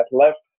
left